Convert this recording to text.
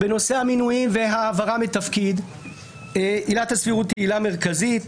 בנושא המינויים והעברה מתפקיד עילת הסבירות היא עילה מרכזית.